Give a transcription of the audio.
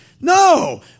No